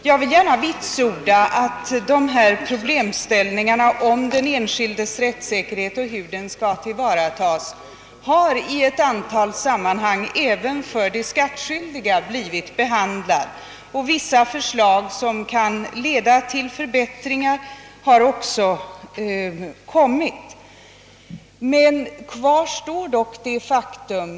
Jag vill gärna vitsorda att frågan om hur den enskildes rättssäkerhet skall tillvaratas i ett antal sammanhang tagits upp till behandling, och detta har i vissa fall också lett till förbättringar eller förslag till sådana. Detta gäller även rättssäkerheten för de skattskyldiga.